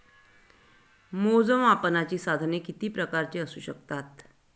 मोजमापनाची साधने किती प्रकारची असू शकतात?